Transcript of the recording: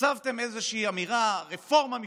הצבתם איזושהי אמירה: רפורמה משפטית,